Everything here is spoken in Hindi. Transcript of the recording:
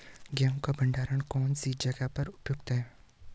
गेहूँ का भंडारण कौन सी जगह पर उपयुक्त है?